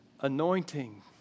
anointing